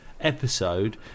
episode